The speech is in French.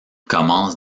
commence